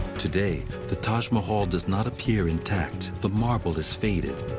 today, the taj mahal does not appear intact. the marble is faded